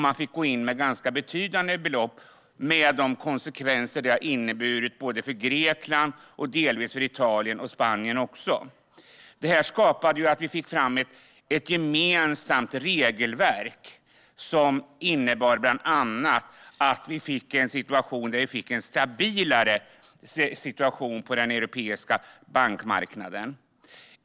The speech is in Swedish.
Man fick gå in med ganska betydande belopp, med de konsekvenser detta har fått för Grekland och delvis Italien och Spanien.Detta gjorde att vi skapade ett gemensamt regelverk som bland annat innebar en stabilare situation på den europeiska bankmarknaden.